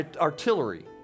artillery